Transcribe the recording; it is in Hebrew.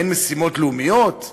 מה, אין משימות לאומיות,